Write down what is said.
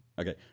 Okay